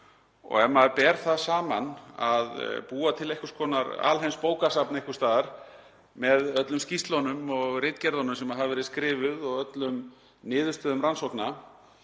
Ef maður ber það saman við að búa til einhvers konar alheimsbókasafn einhvers staðar með öllum skýrslum og ritgerðum sem hafa verið skrifaðar og öllum niðurstöðum rannsókna